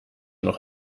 noch